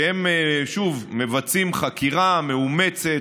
שהם שוב מבצעים חקירה מאומצת,